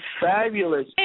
fabulous